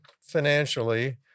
financially